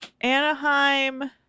Anaheim